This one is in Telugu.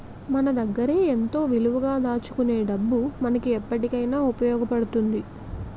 మన దగ్గరే ఎంతో విలువగా దాచుకునే డబ్బు మనకు ఎప్పటికైన ఉపయోగపడుతుంది